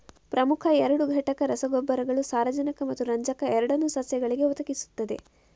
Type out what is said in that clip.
ಪ್ರಮುಖ ಎರಡು ಘಟಕ ರಸಗೊಬ್ಬರಗಳು ಸಾರಜನಕ ಮತ್ತು ರಂಜಕ ಎರಡನ್ನೂ ಸಸ್ಯಗಳಿಗೆ ಒದಗಿಸುತ್ತವೆ